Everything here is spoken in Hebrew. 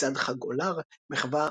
מצעד חג אולר, מחווה